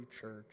church